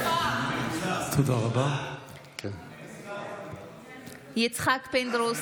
משתתף בהצבעה יצחק פינדרוס,